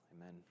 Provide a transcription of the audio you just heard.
Amen